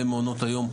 למעונות היום,